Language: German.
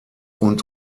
und